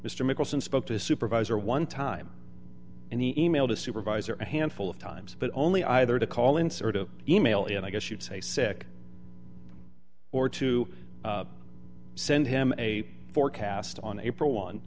mr mickelson spoke to a supervisor one time and he e mailed a supervisor a handful of times but only either to call in sort of e mail and i guess you'd say sick or to send him a forecast on april one